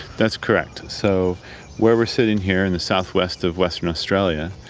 that's correct. so where we're sitting here, in the southwest of western australia,